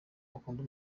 bakunda